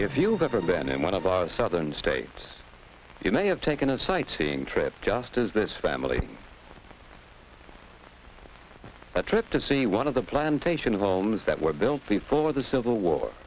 if you've ever been in one of the southern states you may have taken a sightseeing trip just as this family trip to see one of the plantation of alms that were built before the civil war